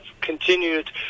continued